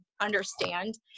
understand